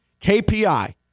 KPI